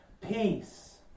peace